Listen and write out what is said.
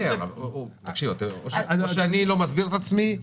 --- אולי אני לא מסביר את עצמי היטב.